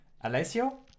Alessio